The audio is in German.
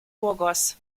burgos